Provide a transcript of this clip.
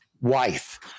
wife